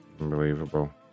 Unbelievable